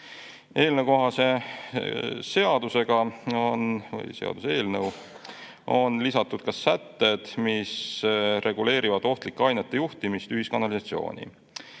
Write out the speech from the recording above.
Eelnõukohasesse seadusesse on lisatud ka sätted, mis reguleerivad ohtlike ainete juhtimist ühiskanalisatsiooni.